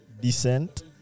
descent